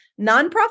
Nonprofit